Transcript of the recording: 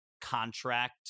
contract